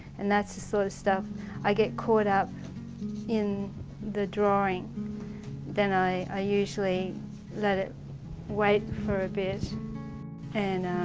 and that's the sort of stuff i get caught up in the drawing then i, i usually let it wait for a bit and,